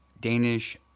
Danish